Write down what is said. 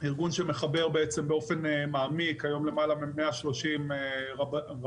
ארגון שמחבר באופן מעמיק היום למעלה מ-130 רבות,